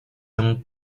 d’un